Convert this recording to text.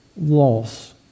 loss